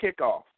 kickoff